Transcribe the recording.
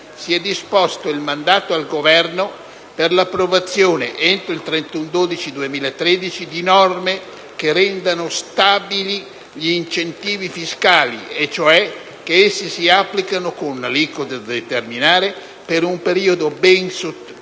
si è disposto il mandato al Governo per l'approvazione, entro il 31 dicembre 2013, di norme che rendano stabili gli incentivi fiscali e cioè che essi si applichino, con aliquote da determinare, per un periodo ben superiore